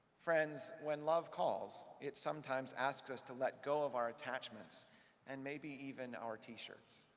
friends, when love calls, it sometimes asks us to let go of our attachments and maybe even our t-shirts.